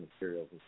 materials